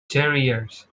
terriers